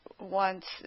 wants